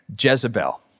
Jezebel